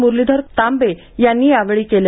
मुरलीधर तांबे यांनी यावेळी केले